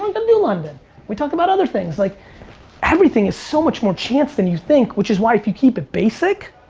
and london we talked about other things, like everything is so much much chance than you think. which is why if you keep it basic,